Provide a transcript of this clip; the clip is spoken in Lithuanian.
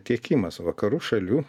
tiekimas vakarų šalių